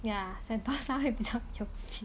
ya sentosa 会比较有 feel